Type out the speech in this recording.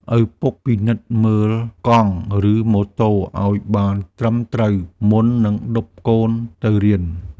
ឪពុកពិនិត្យមើលកង់ ឬម៉ូតូឱ្យបានត្រឹមត្រូវ មុននឹងឌុបកូនទៅរៀន។